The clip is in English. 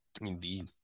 Indeed